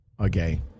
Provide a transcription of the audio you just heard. Okay